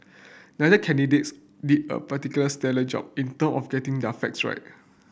neither candidates did a particularly stellar job in term of getting their facts right